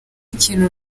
ikintu